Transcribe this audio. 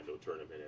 tournament